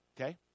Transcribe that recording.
Okay